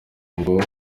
ngo